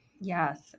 Yes